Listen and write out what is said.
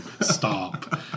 Stop